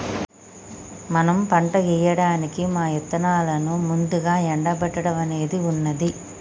మనం పంట ఏయడానికి మా ఇత్తనాలను ముందుగా ఎండబెట్టడం అనేది ఉన్నది